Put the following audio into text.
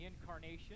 Incarnation